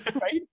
right